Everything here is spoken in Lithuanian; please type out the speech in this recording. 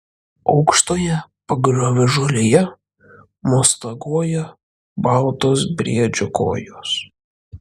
aukštoje pagriovio žolėje mostaguoja baltos briedžio kojos